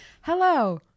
hello